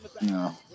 No